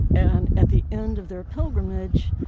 and at the end of their pilgrimage,